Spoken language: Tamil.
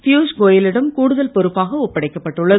பீயுஷ் கோய லிடம் கூடுதல் பொறுப்பாக ஒப்படைக்கப் பட்டுள்ளது